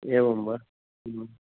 एवं वा ह्म्